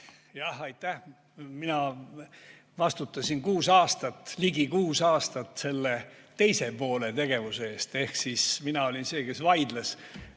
Jah, aitäh! Mina vastutasin kuus aastat, ligi kuus aastat selle teise poole tegevuse eest. Mina olin see, kes vaidles